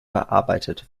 bearbeitet